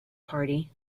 party